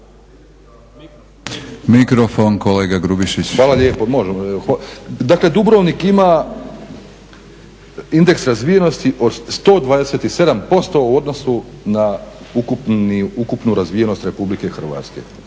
**Grubišić, Boro (HDSSB)** Hvala lijepo. Dakle Dubrovnik ima indeks razvijenosti od 127% u odnosu na ukupnu razvijenost Republike Hrvatske,